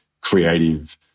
creative